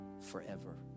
forever